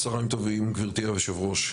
צוהריים טובים, גברתי היו"ר.